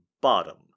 bottom